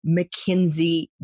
McKinsey